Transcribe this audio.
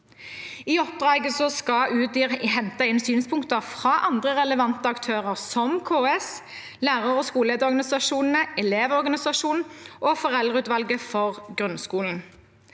Utdanningsdirektoratet hente inn synspunkter fra andre relevante aktører som KS, lærerog skolelederorganisasjonene, Elevorganisasjonen og Foreldreutvalget for grunnskolen.